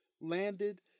landed